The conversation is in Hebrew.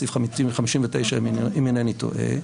סעיף 59 אם אינני טועה,